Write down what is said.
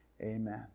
amen